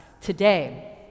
today